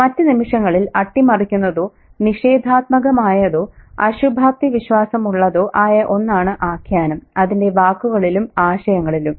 മറ്റ് നിമിഷങ്ങളിൽ അട്ടിമറിക്കുന്നതോ നിഷേധാത്മകമായതോ അശുഭാപ്തിവിശ്വാസമുള്ളതോ ആയ ഒന്നാണ് ആഖ്യാനം അതിന്റെ വാക്കുകളിലും ആശയങ്ങളിലും